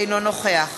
אינו נוכח